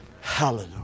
Hallelujah